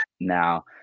now